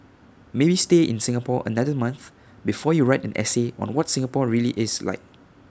maybe stay in Singapore another month before you write an essay on what Singapore really is like